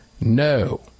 no